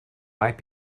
might